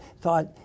thought